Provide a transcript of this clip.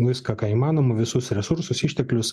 viską ką įmanoma visus resursus išteklius